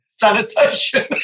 sanitation